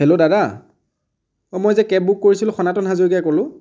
hello দাদা অ' মই যে কেব বুক কৰিছিলোঁ সনাতন হাজৰিকাই ক'লোঁ